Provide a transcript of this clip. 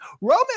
Roman